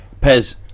Pez